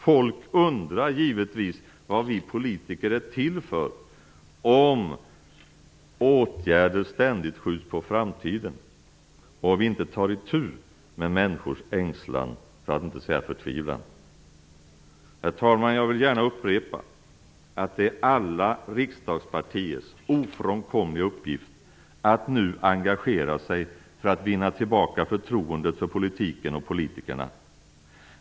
Folk undrar givetvis vad vi politiker är till för, om åtgärder ständigt skjuts på framtiden och vi inte tar itu med människors ängslan, för att inte säga förtvivlan. Herr talman! Jag vill gärna upprepa att det är alla riksdagspartiers ofrånkomliga uppgift att nu engagera sig för att vinna tillbaka förtroendet för politiken och politikerna.